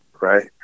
right